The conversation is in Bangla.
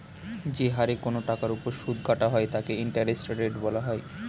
যে হারে কোন টাকার উপর সুদ কাটা হয় তাকে ইন্টারেস্ট রেট বলা হয়